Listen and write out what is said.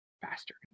faster